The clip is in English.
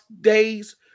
days